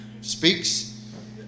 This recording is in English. speaks